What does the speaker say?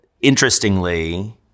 interestingly—